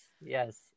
Yes